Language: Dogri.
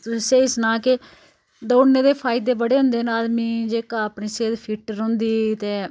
तुसें स्हेई सनां के दौड़ने दे फायदे बड़े होंदे न आदमी जेह्का अपनी सेह्त फिट्ट रौंह्दी ते